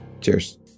Cheers